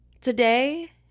today